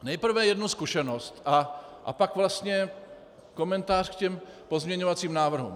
Nejprve jednu zkušenost a pak vlastně komentář k těm pozměňovacím návrhům.